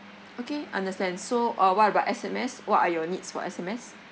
okay understand so uh what about S_M_S what are your needs for S_M_S